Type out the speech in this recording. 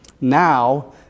now